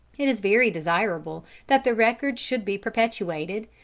it is very desirable that the record should be perpetuated,